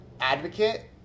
advocate